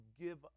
give